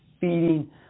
feeding